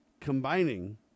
combining